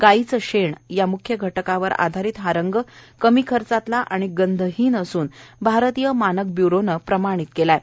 गायीचे शेण या मुख्य घटकावर आधारित हा रंग कमी खर्चातला आणि गंध हीन असून भारतीय मानक ब्युरोने प्रमाणित केला आहे